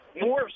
more